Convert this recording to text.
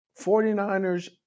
49ers